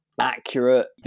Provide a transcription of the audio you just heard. accurate